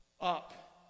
up